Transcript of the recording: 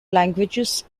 languages